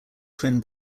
twin